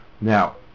Now